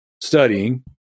studying